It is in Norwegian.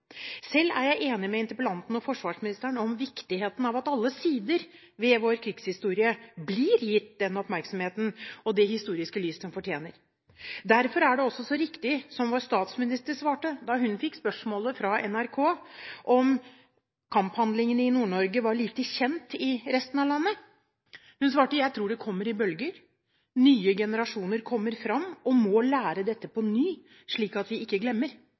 Selv er jeg enig med interpellanten og forsvarsministeren når det gjelder viktigheten av at alle sider ved vår krigshistorie blir gitt den oppmerksomheten og det historiske lys den fortjener. Derfor er det også så riktig, som vår statsminister svarte da hun fikk spørsmålet fra NRK om kamphandlingene i Nord-Norge var lite kjent i resten av landet: Jeg tror det kommer i bølger. Nye generasjoner kommer fram og må lære dette på ny, slik at vi ikke glemmer,